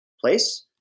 place